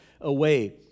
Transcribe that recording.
away